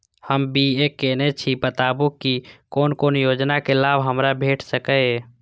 हम बी.ए केनै छी बताबु की कोन कोन योजना के लाभ हमरा भेट सकै ये?